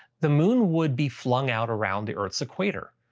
the moon would be flung out around the earth's equator.